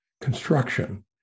construction